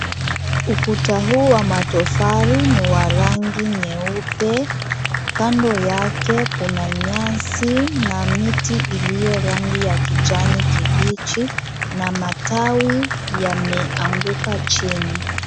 Ukuta huu wa matofali ni wa rangi nyeupe. Kando yake kuna nyasi na miti iliyo rangi ya kijani kibichi na matawi yameanguka chini.